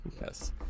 Yes